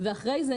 ואחרי זה,